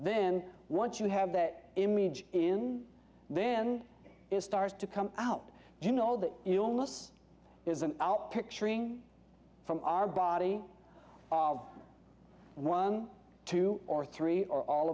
then once you have that image in then it starts to come out you know that illness is an out picturing from our body of one two or three or all